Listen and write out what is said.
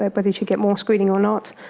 but but and you get more screening or not.